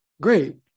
great